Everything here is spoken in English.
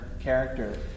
character